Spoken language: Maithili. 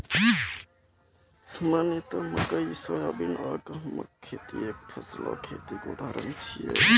सामान्यतः मकइ, सोयाबीन आ गहूमक खेती एकफसला खेतीक उदाहरण छियै